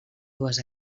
dues